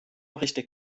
richtig